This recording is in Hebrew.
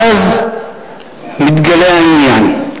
ואז מתגלה העניין.